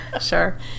Sure